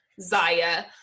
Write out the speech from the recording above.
Zaya